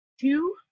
two